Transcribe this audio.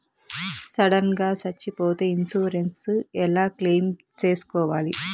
Sudden గా సచ్చిపోతే insurance ఎలా క్లెయిమ్ సేసుకోవాలి?